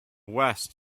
west